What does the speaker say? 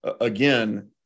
again